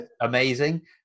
amazing